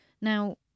Now